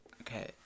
Okay